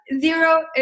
zero